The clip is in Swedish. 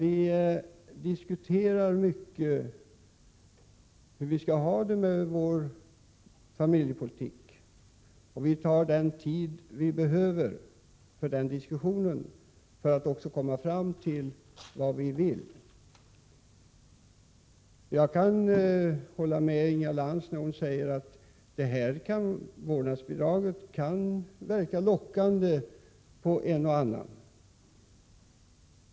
Vi diskuterar mycket hur vi skall ha det med vår familjepolitik, och vi tar oss den tid vi behöver för den diskussionen och för att komma fram till vad vi vill. Jag kan hålla med Inga Lantz om att vårdnadsbidraget kan verka lockande på en och annan.